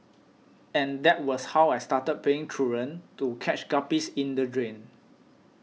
and that was how I started playing truant to catch guppies in the drain